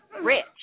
rich